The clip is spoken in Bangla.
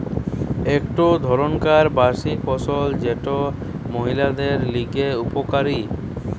একটো ধরণকার বার্ষিক ফসল যেটা মহিলাদের লিগে উপকারী